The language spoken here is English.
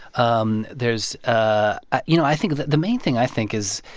um there's ah ah you know, i think that the main thing i think is,